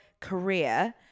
career